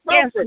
Yes